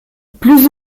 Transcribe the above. plus